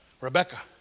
Rebecca